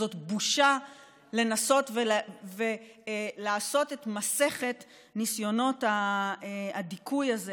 זו בושה לנסות ולעשות את מסכת ניסיונות הדיכוי הזה